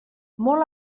molt